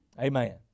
Amen